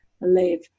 live